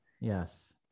Yes